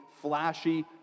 flashy